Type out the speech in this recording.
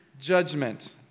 judgment